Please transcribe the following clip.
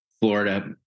Florida